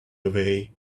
away